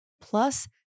plus